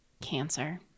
Cancer